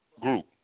group